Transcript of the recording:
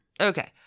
okay